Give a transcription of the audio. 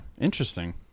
interesting